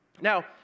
Now